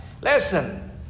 listen